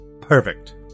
perfect